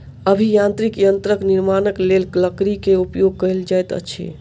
अभियांत्रिकी यंत्रक निर्माणक लेल लकड़ी के उपयोग कयल जाइत अछि